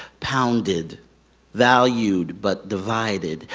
pounded valued but divided,